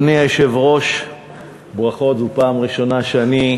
שר האוצר נתן את הסכמתו להאריך בשנתיים